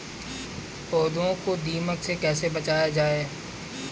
पौधों को दीमक से कैसे बचाया जाय?